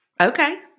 Okay